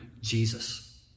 Jesus